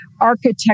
architecture